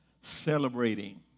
celebrating